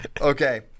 Okay